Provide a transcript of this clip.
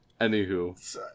Anywho